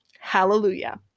Hallelujah